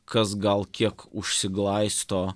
kas gal kiek užsiglaisto